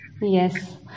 Yes